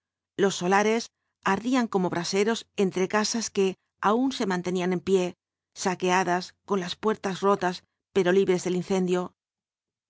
los solares ardían como braseros entre casas que aun se mantenían en pie saqueadas con las puertas rotas pero libres del incendio